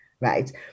right